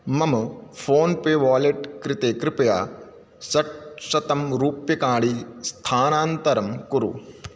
मम फ़ोन्पे वालेट् कृते कृपया षट्शतं रूप्यकाणि स्थानान्तरं कुरु